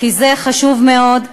כי זה חשוב מאוד,